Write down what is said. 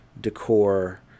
decor